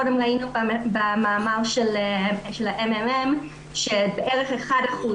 קודם ראינו במאמר של הממ"מ שבערך 1%